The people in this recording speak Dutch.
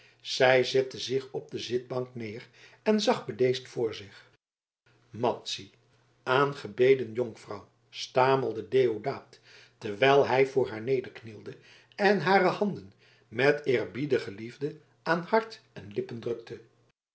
zij zette zich op de zitbank neer en zag bedeesd voor zich madzy aangebeden jonkvrouw stamelde deodaat terwijl hij voor haar nederknielde en hare handen met eerbiedige liefde aan hart en lippen drukte